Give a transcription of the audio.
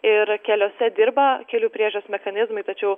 ir keliuose dirba kelių priežiūros mechanizmai tačiau